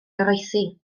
goroesi